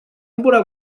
mbura